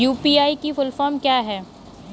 UPI की full form क्या है?